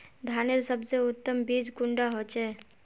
धानेर सबसे उत्तम बीज कुंडा होचए?